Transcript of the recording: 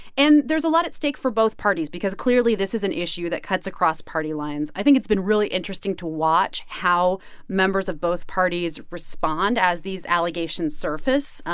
and there's a lot at stake for both parties because, clearly, this is an issue that cuts across party lines. i think it's been really interesting to watch how members of both parties respond as these allegations surface,